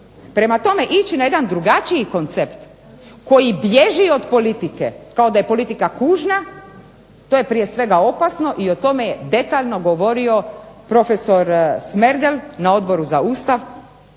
Prema tome, ići na jedan drugačiji koncept koji bježi od politike kao da je politika kužna to je prije svega opasno i o tome je detaljno govorio profesor Smerdel na Odboru za Ustav,